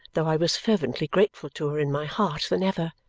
though i was fervently grateful to her in my heart, than ever.